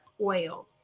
oil